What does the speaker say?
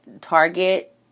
target